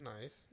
nice